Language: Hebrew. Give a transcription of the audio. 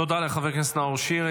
תודה לחבר הכנסת נאור שירי.